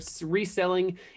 reselling